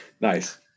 nice